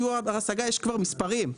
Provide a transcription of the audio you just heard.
יש כבר מספרים.